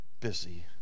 busy